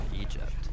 Egypt